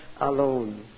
alone